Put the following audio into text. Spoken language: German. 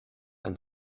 ein